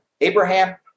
abraham